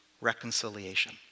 reconciliation